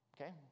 Okay